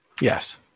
Yes